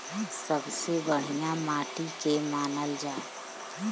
सबसे बढ़िया माटी के के मानल जा?